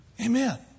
Amen